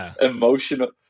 emotional